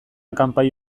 kanpai